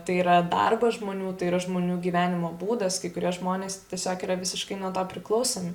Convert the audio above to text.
tai yra darbas žmonių tai yra žmonių gyvenimo būdas kai kurie žmonės tiesiog yra visiškai nuo to priklausomi